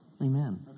Amen